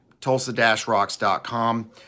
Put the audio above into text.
Tulsa-rocks.com